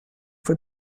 for